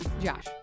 Josh